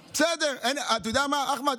בסדר, אתה יודע מה, אחמד?